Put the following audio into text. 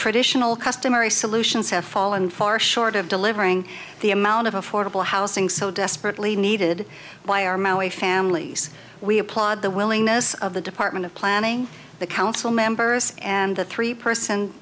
traditional customary solutions have fallen far short of delivering the amount of affordable housing so desperately needed by our maui families we applaud the willingness of the department of planning the council members and the three person